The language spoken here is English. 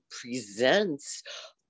presents